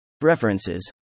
References